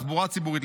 על תחבורה ציבורית,